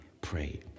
pray